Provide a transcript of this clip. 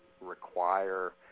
require